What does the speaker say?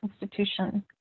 institution